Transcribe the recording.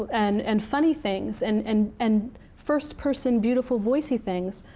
and and funny things, and and and first person beautiful voice-y things.